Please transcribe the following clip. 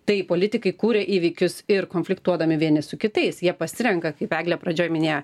tai politikai kūria įvykius ir konfliktuodami vieni su kitais jie pasirenka kaip eglė pradžioje minėjo